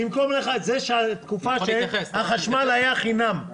בתקופה שהחשמל היה חינם,